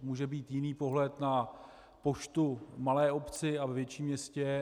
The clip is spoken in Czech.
Může být jiný pohled na poštu v malé obci a ve větším městě.